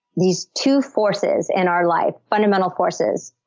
these two forces in our life, fundamental forces,